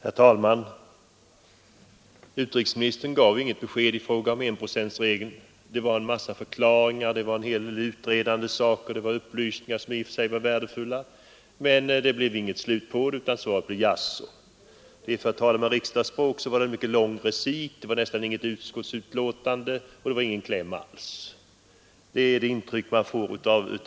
Herr talman! Utrikesministern gav inget besked i fråga om enprocentsregeln. Hans anförande innehöll en mängd förklaringar, en hel del utredande moment, upplysningar som i och för sig var värdefulla, men det mynnade inte ut i någonting, utan svaret blev jaså. Det var, för att tala riksdagsspråk, mycket lång recit, nästan ingen utskottsskrivning och det var ingen kläm alls. Det är det intryck man får av